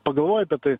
pagalvoja apie tai